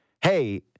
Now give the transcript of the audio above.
Hey